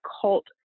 cult